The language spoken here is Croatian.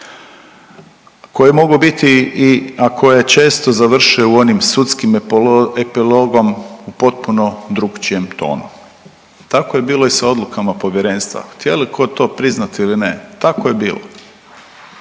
koji mogu biti i, a koje često završe u onim sudskim epilogom u potpuno drugčijem tonu. Tako je bilo i sa odlukama povjerenstva. Htjeli tko to priznati ili ne, tako je bilo.